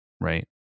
Right